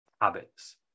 habits